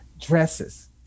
dresses